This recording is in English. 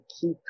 keep